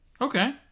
Okay